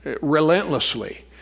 relentlessly